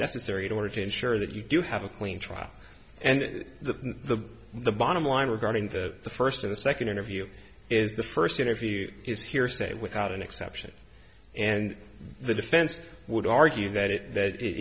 necessary in order to ensure that you do have a clean trial and the the the bottom line regarding to the first and second interview is the first interview is hearsay without an exception and the defense would argue that it that it